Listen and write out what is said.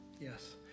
Yes